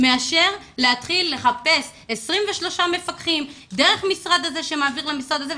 מאשר להתחיל לחפש 23 מפקחים דרך משרד כזה שמעבר למשרד הזה,